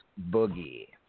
Boogie